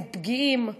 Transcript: הם פגיעים.